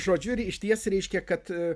žodžiu ir išties reiškia kad